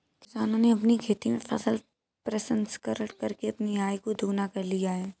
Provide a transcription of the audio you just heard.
किसानों ने अपनी खेती में फसल प्रसंस्करण करके अपनी आय को दुगना कर लिया है